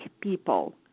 people